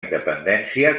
independència